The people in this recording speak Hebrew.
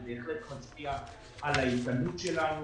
זה בהחלט מוכיח על האיתנות שלנו